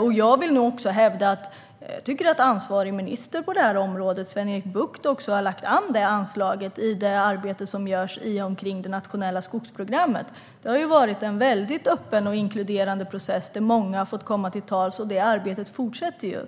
av. Jag vill nog också hävda att jag tycker att ansvarig minister på det här området, Sven-Erik Bucht, har haft det anslaget i arbetet i och omkring det nationella skogsprogrammet. Det har varit en mycket öppen och inkluderande process där många har fått komma till tals, och det arbetet fortsätter.